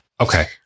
Okay